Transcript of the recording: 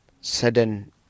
sudden